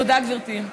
תודה, גברתי.